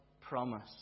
promise